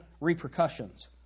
repercussions